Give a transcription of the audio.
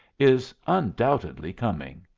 is undoubtedly coming.